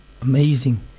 Amazing